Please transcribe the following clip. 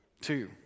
Two